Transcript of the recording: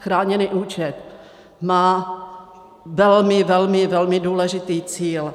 Chráněný účet má velmi, velmi, velmi důležitý cíl.